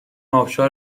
ابشار